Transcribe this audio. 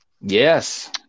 Yes